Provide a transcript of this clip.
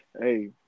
Hey